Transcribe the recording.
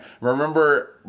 remember